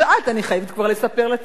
אני חייבת כבר לספר לציבור,